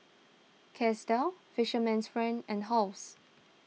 Chesdale Fisherman's Friend and Halls